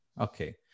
Okay